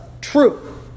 True